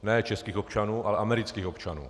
Ne českých občanů, ale amerických občanů.